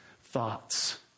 thoughts